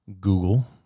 Google